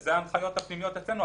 אלו ההנחיות הפנימיות אצלנו.